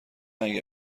اگه